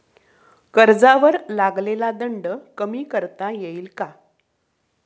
कर्जावर लागलेला दंड कमी करता येईल का?